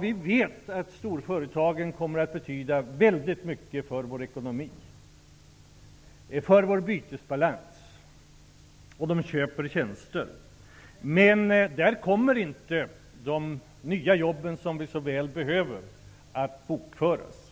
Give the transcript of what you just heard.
Vi vet att storföretagen kommer att betyda väldigt mycket för ekonomin och bytesbalansen. De köper tjänster. Men där kommer inte de nya jobb som vi så väl behöver att bokföras.